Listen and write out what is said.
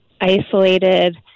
isolated